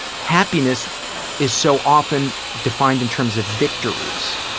happiness is so often defined in terms of victories.